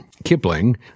Kipling